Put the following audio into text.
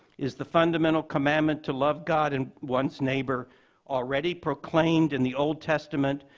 is the fundamental commandment to love god and one's neighbor already proclaimed in the old testament,